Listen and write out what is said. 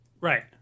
Right